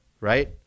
right